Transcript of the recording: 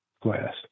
glass